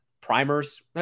primers